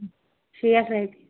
شیٹھ رۄپیہِ